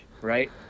right